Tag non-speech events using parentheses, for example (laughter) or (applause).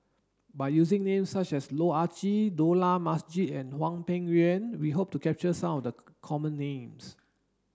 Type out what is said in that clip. by using names such as Loh Ah Chee Dollah Majid and Hwang Peng Yuan we hope to capture some of the (unintelligible) common names